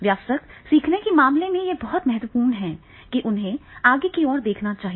वयस्क सीखने के मामले में यह बहुत महत्वपूर्ण है कि उन्हें आगे की ओर देखना चाहिए